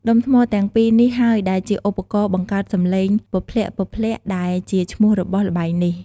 ដុំថ្មទាំងពីរនេះហើយដែលជាឧបករណ៍បង្កើតសំឡេង "ពព្លាក់ៗ" ដែលជាឈ្មោះរបស់ល្បែងនេះ។